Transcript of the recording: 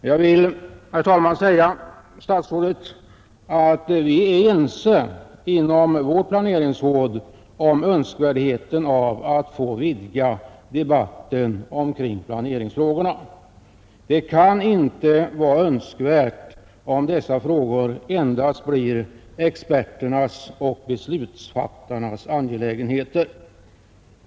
Jag vill säga statsrådet att vi inom vårt planeringsråd är ense om önskvärdheten av att vidga debatten omkring planeringsfrågorna. Det kan inte vara önskvärt att dessa frågor endast blir experternas och beslutsfattarnas angelägenheter.